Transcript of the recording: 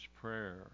prayer